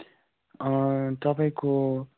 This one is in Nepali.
तपाईँको